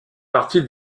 partie